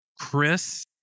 Chris